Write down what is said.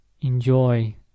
enjoy